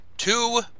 Two